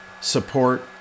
support